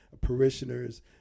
parishioners